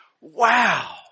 wow